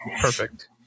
Perfect